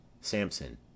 Samson